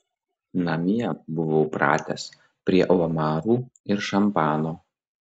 namie buvau pratęs prie omarų ir šampano